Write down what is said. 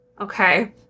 Okay